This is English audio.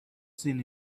seen